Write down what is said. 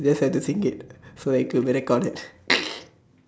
just have to think it so very correct call it